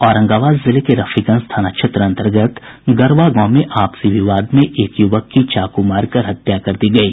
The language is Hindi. औरंगाबाद जिले के रफीगंज थाना क्षेत्र अन्तर्गत गरवा गांव में आपसी विवाद में एक युवक की चाकू मारकर हत्या कर दी गयी